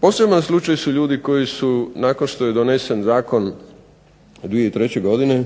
Poseban slučaj su ljudi koji su nakon što je donesen zakon 2003. godine